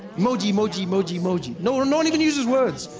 emoji, emoji, emoji, emoji. no one no one even uses words.